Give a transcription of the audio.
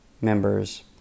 members